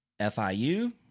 FIU